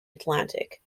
atlantic